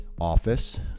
office